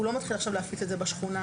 הוא לא מתחיל עכשיו להפיץ את זה בשכונה,